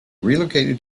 relocated